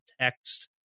text